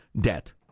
debt